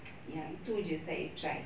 ya itu sahaja saya try